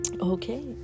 Okay